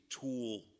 tool